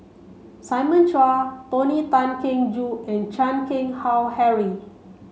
Simon Chua Tony Tan Keng Joo and Chan Keng Howe Harry